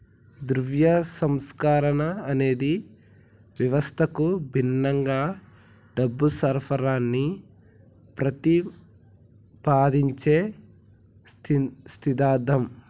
ద్రవ్య సంస్కరణ అనేది వ్యవస్థకు భిన్నంగా డబ్బు సరఫరాని ప్రతిపాదించే సిద్ధాంతం